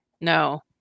No